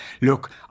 Look